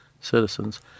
citizens